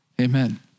Amen